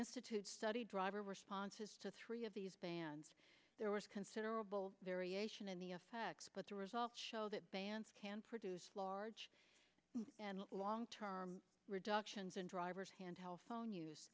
institute study driver responses to three of these bands there was considerable variation in the effects but the results show that bands can produce large and long term reductions in drivers handle phone use